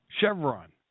Chevron